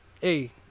hey